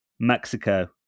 Mexico